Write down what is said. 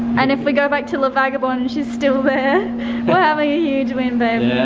and if we go back to la vagabond and she's still there we're having a huge win then